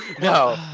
No